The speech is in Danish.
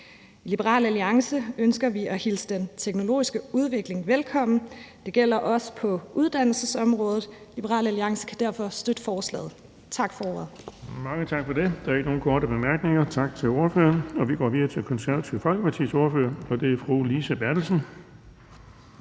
I Liberal Alliance ønsker vi at hilse den teknologiske udvikling velkommen; det gælder også på uddannelsesområdet. Liberal Alliance kan derfor støtte forslaget. Tak for ordet. Kl. 14:00 Den fg. formand (Erling Bonnesen): Der er ikke nogen korte bemærkninger. Tak til ordføreren. Vi går videre til Det Konservative Folkepartis ordfører, og det er fru Lise Bertelsen.